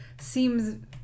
seems